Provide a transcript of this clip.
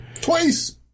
Twice